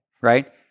right